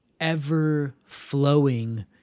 ever-flowing